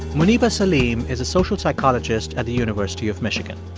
muniba saleem is a social psychologist at the university of michigan.